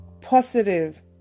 positive